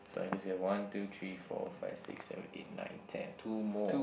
so I guess you have one two three four five six seven eight nine ten two more